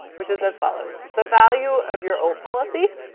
which is as follows. it's the value of your old policy